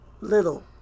Little